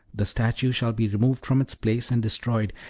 the statue shall be removed from its place and destroyed,